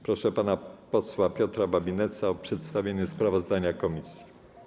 Proszę pana posła Piotra Babinetza o przedstawienie sprawozdania komisji.